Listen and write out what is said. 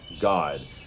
god